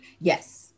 yes